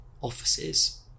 offices